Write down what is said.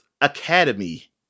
Academy